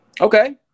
Okay